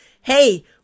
hey